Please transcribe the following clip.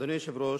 אדוני היושב-ראש,